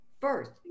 First